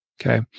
Okay